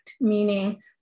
meaning